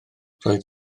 roedd